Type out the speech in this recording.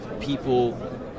people